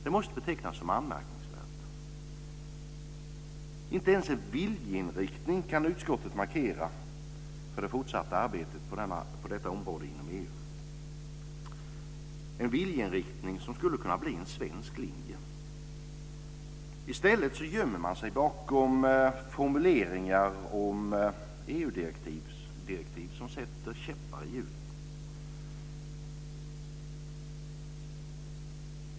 Det måste betecknas som anmärkningsvärt. Utskottet kan inte ens markera en viljeinriktning för det fortsatta arbetet på detta område inom EU. En sådan viljeinriktning skulle kunna bli en svensk linje. I stället gömmer man sig bakom formuleringar om EU-direktiv som sätter käppar i hjulet.